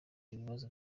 ibibazo